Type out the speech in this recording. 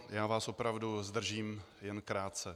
Já vás opravdu zdržím jen krátce.